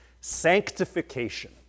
sanctification